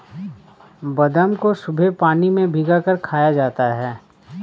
बादाम को सुबह पानी में भिगोकर खाया जाता है